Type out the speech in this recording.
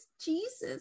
Jesus